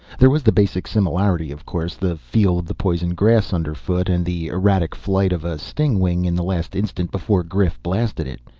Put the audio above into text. there was the basic similarity of course. the feel of the poison grass underfoot and the erratic flight of a stingwing in the last instant before grif blasted it.